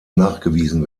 nachgewiesen